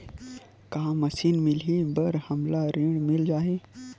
का मशीन मिलही बर हमला ऋण मिल जाही?